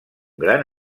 gran